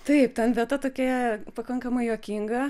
taip ten vieta tokia pakankamai juokinga